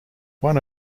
one